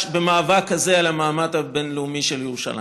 במאבק הזה על המעמד הבין-לאומי של ירושלים.